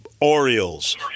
Orioles